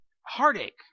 heartache